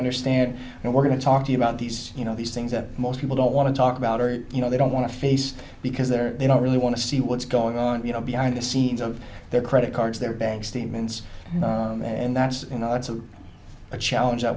understand and we're going to talk to you about these you know these things that most people don't want to talk about or you know they don't want to face because they're they don't really want to see what's going on you know behind the scenes of their credit cards their bank statements and that's you know it's a challenge that